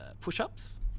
push-ups